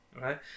Right